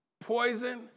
poison